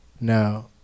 No